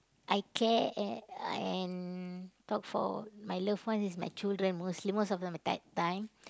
I care and and thought for my loved one is my children mostly most of them that time